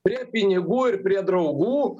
prie pinigų ir prie draugų